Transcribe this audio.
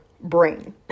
brain